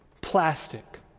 plastic